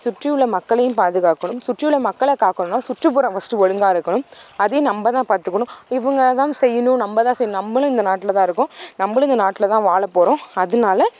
சுற்றியுள்ள மக்களையும் பாதுகாக்கணும் சுற்றியுள்ள மக்களை காக்கணும்னா சுற்றுப்புறம் ஃபஸ்ட்டு ஒழுங்காக இருக்கணும் அதையும் நம்ம தான் பார்த்துக்கணும் இவங்கதான் செய்யணும் நம்ம தான் செய்யணும் நம்மளும் இந்த நாட்டில் தான் இருக்கோம் நம்மளும் இந்த நாட்டில் தான் வாழப்போறோம் அதனால